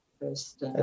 first